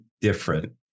different